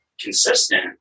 consistent